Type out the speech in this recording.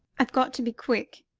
i've got to be quick.